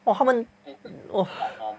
!wah! 他们 !wah!